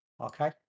Okay